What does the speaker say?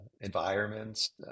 environments